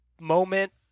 Moment